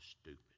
stupid